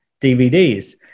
DVDs